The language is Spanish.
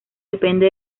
depende